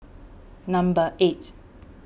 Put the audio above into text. number eight